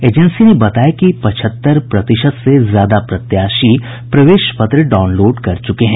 agency ने बताया कि पचहत्तर प्रतिशत से ज्यादा प्रत्याशी प्रवेश पत्र डाउनलोड कर चुके हैं